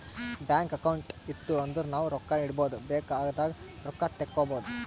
bank account ಇತ್ತು ಅಂದುರ್ ನಾವು ರೊಕ್ಕಾ ಇಡ್ಬೋದ್ ಬೇಕ್ ಆದಾಗ್ ರೊಕ್ಕಾ ತೇಕ್ಕೋಬೋದು